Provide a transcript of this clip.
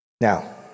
Now